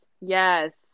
yes